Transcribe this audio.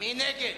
מי נגד?